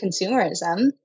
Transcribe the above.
consumerism